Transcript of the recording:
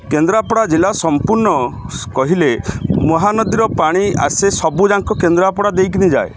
କେନ୍ଦ୍ରାପଡ଼ା ଜିଲ୍ଲା ସମ୍ପୂର୍ଣ୍ଣ କହିଲେ ମହାନଦୀର ପାଣି ଆସେ ସବୁଯାକ କେନ୍ଦ୍ରାପଡ଼ା ଦେଇକିନା ଯାଏ